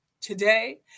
Today